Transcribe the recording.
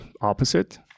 opposite